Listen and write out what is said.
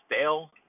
stale